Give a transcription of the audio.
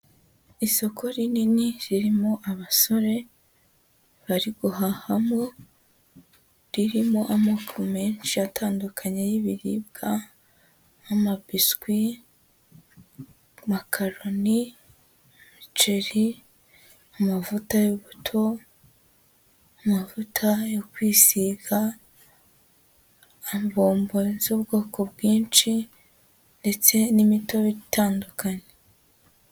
Isoko rinini ririmo abasore bari guhahamo, ririmo amoko menshi atandukanye y'ibiribwa ama biswi, makaroni, umuceri, amavuta y'ubuto, amavuta yo kwisiga, bombo z'ubwoko bwinshi ndetse n'imitobe itandukanye.